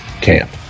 camp